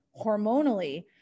hormonally